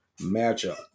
matchup